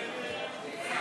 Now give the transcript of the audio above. אילן גילאון,